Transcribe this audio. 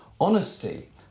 honesty